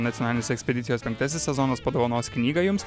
nacionalinis ekspedicijos penktasis sezonas padovanos knygą jums